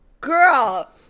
Girl